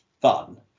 fun